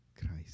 Christ